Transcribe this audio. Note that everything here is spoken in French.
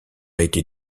été